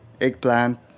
eggplant